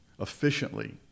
efficiently